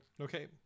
Okay